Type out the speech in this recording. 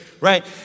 right